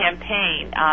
campaign